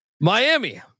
Miami